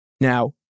Now